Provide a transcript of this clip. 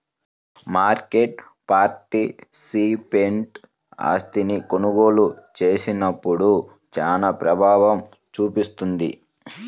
market participant ఆస్తిని కొనుగోలు చేసినప్పుడు చానా ప్రభావం చూపిస్తుంది